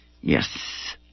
yes